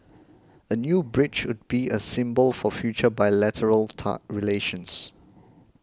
a new bridge would be a symbol for future bilateral ta relations